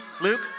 Luke